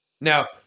Now